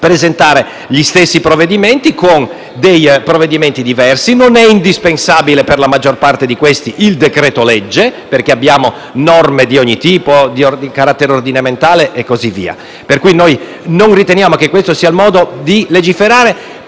presentare gli stessi provvedimenti con modalità diverse. Non è indispensabile, per la maggior parte di questi, il decreto-legge, perché abbiamo norme di ogni tipo, anche di carattere ordinamentale. Non riteniamo pertanto che questo sia il modo di legiferare